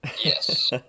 Yes